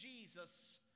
Jesus